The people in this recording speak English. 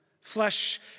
Flesh